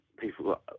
people